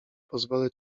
pozwolę